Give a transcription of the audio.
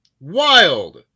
Wild